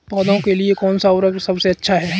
पौधों के लिए कौन सा उर्वरक सबसे अच्छा है?